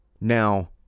Now